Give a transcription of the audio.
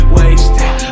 wasted